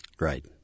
Right